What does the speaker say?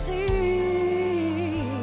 See